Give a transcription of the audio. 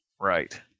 Right